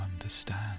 understand